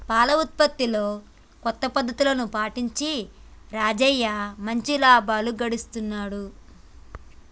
పాల ఉత్పత్తిలో కొత్త పద్ధతులు పాటించి రాజయ్య మంచి లాభాలు గడిస్తున్నాడు